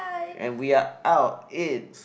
and we are out in